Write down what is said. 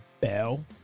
Bell